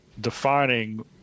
defining